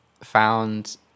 found